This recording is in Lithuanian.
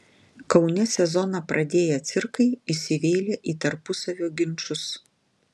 kaune sezoną pradėję cirkai įsivėlė į tarpusavio ginčus